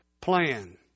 plan